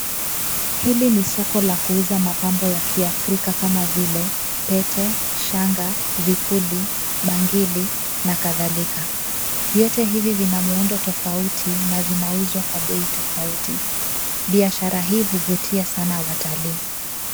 Hili ni soko la kuuza mapambo ya Kiafrika kama vile pete, shanga, vipuli, bangili na kadhalika. Vyote hivi vina muundo tofauti na vinauzwa kwa bei tofauti. Biashara hii huvutia sana watalii.